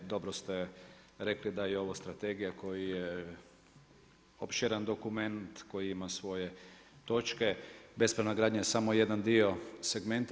Dobro ste rekli da je ovo strategija koja je opširan dokument, koja ima svoje točke, bespravna gradnja je samo jedan dio segmenta.